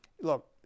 Look